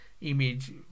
image